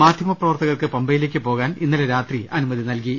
മാധ്യമപ്രവർത്തകർക്ക് പമ്പയിലേക്ക് പോകാൻ ഇന്നലെ രാത്രി അനുമതി നൽകി